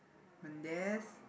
Mendes